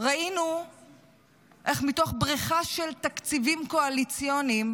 ראינו איך מתוך בריכה של תקציבים קואליציוניים